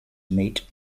meet